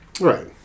Right